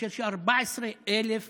כאשר יש 14,000 בוגרים,